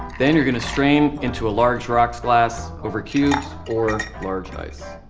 then you're going to stream into a large rocks glass over cubes or large ice.